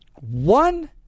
One